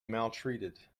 maltreated